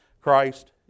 Christ